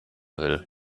will